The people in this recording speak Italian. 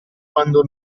quando